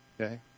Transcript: Okay